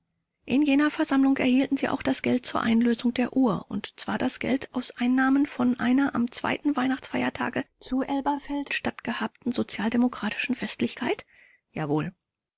in jener versammlung erhielten sie auch das geld zur einlösung der uhr und zwar das geld aus einnahmen von einer am zweiten weihnachtsfeiertage zu elberfeld stattgehabten sozialdemokratischen festlichkeit k jawohl